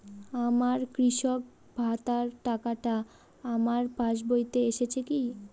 আমার কৃষক ভাতার টাকাটা আমার পাসবইতে এসেছে কি?